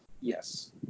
Yes